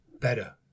better